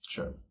Sure